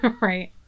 Right